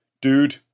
dude